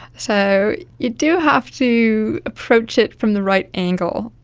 so you do have to approach it from the right angle,